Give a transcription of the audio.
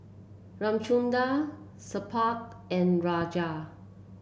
Ramchundra Suppiah and Rajat